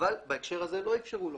אבל בהקשר הזה לא אפשרו לו.